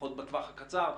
ולפחות בטווח הקצר,